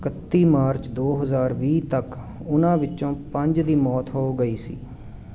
ਇਕੱਤੀ ਮਾਰਚ ਦੋ ਹਜ਼ਾਰ ਵੀਹ ਤੱਕ ਉਨ੍ਹਾਂ ਵਿੱਚੋਂ ਪੰਜ ਦੀ ਮੌਤ ਹੋ ਗਈ ਸੀ